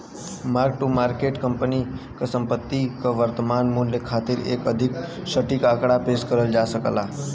mark to market company क संपत्ति क वर्तमान मूल्य खातिर एक अधिक सटीक आंकड़ा पेश कर सकला